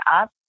up